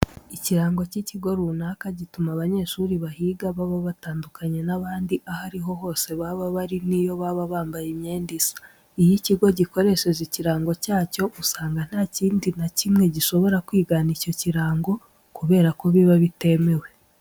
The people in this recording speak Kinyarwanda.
Ikirango cy'ikigo runaka gituma abanyeshuri bahiga baba batandukanye n'abandi, aho ari ho hose baba bari ni yo baba bambaye imyenda isa. Iyo ikigo gikoresheje ikirango cyacyo usanga nta kindi na kimwe gishobora kwigana icyo kirango kubera ko biba bitemewe.